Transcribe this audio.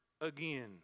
again